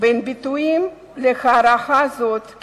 בין ביטויים להערכה זאת,